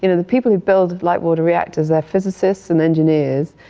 and the people build light water reactors are physicists and engineers.